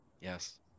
Yes